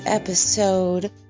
Episode